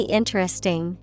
interesting